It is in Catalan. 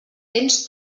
tens